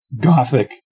gothic